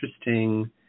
interesting